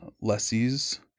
lessees